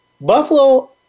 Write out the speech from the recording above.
Buffalo